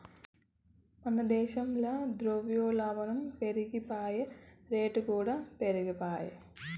మన దేశంల ద్రవ్యోల్బనం పెరిగిపాయె, రేట్లుకూడా పెరిగిపాయె